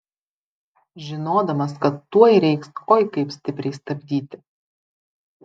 žinodamas kad tuoj reiks oi kaip stipriai stabdyti